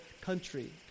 country